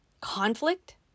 Conflict